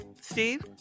Steve